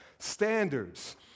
standards